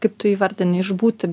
kaip tu įvardini išbūti